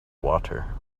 water